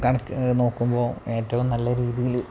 കണക്ക് നോക്കുമ്പോള് ഏറ്റവും നല്ല രീതിയില്